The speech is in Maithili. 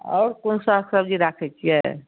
आओर कोन साग सबजी राखैत छियै